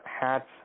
hats